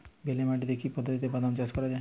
বেলে মাটিতে কি পদ্ধতিতে বাদাম চাষ করা যায়?